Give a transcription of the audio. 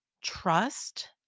Trust